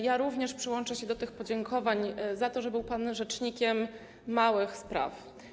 Ja również przyłączę się do podziękowań za to, że był pan rzecznikiem małych spraw.